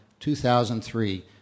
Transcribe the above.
2003